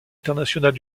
internationales